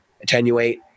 attenuate